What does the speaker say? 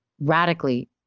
radically